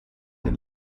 den